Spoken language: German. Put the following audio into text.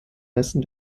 messen